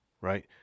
right